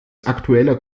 aktueller